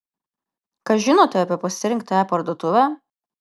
ką žinote apie pasirinktą e parduotuvę